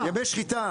שחיטה.